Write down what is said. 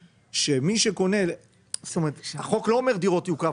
החוק לא אומר "דירות יוקרה",